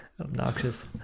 obnoxious